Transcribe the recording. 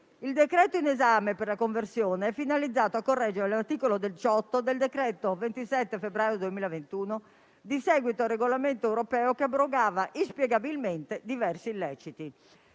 Il decreto in sede di conversione è finalizzato a correggere l'articolo 18 del decreto legislativo 2 febbraio 2021, n. 27, che dà seguito al regolamento europeo che abrogava inspiegabilmente diversi illeciti.